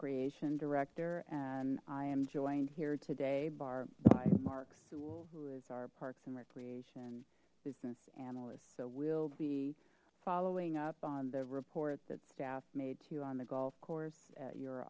creation director and i am joined here today bar by mark sewell who is our parks and recreation business analyst so we'll be following up on the report that staff made to you on the golf course at your